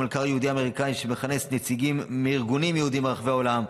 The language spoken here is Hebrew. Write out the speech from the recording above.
מלכ"ר יהודי אמריקאי המכנס נציגים מארגונים יהודיים ברחבי העולם.